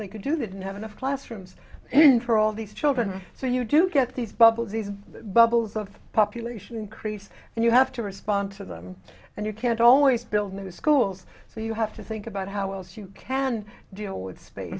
they could do they didn't have enough classrooms for all these children so you do get these bubbles these bubbles of population increase and you have to respond to them and you can't always build new schools so you have to think about how else you can deal with space